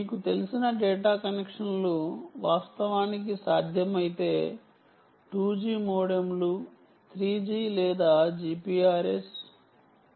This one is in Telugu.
మీకు తెలిసిన డేటా కనెక్షన్లు వాస్తవానికి సాధ్యమైతే 2 జి మోడెములు 3 జి లేదా జిపిఆర్ఎస్ 2